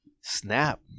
Snap